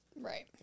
Right